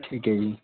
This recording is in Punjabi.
ਠੀਕ ਹੈ ਜੀ